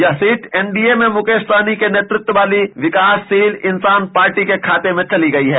यह seat NDA में मुकेश सहनी के नेतृत्व वाली party Vikassheel Insaan Party के खाते में चली गयी है